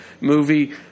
movie